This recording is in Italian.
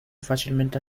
facilmente